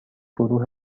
گروه